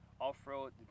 off-road